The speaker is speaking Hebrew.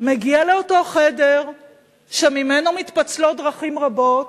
מגיע לאותו חדר שממנו מתפצלות דרכים רבות,